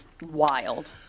Wild